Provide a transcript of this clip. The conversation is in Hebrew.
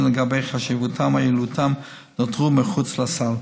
לגבי חשיבותן או יעילותן נותרו מחוץ לסל.